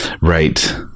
right